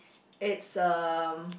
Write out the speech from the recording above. it's um